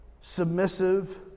submissive